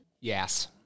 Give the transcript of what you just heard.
Yes